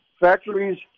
Factories